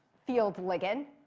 field ligand.